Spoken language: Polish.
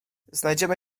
znajdziemy